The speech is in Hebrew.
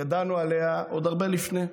ידענו עליה עוד הרבה לפני כן.